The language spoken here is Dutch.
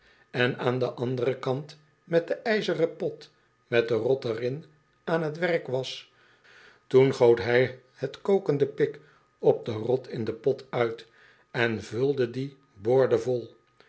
en aan den anderen kant met den ijzeren pot met de rot er in aan t werk was toen goot hij het kokende pik op de rot in den pot uit en vulde dien boordevol